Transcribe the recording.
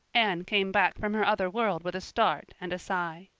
anne came back from her other world with a start and a sigh.